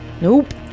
Nope